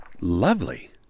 lovely